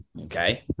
Okay